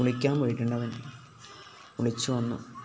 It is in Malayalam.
കുളിക്കാൻ പോയിട്ടുണ്ടവൻ കുളിച്ചു വന്നു